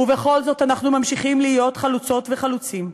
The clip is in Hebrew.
ובכל זאת אנחנו ממשיכים להיות חלוצות וחלוצים.